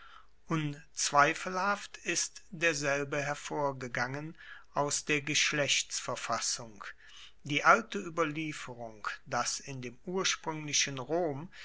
unzweifelhaft ist derselbe hervorgegangen aus der geschlechtsverfassung die alte ueberlieferung dass in dem urspruenglichen rom